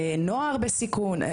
נוער בסיכון,